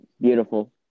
Beautiful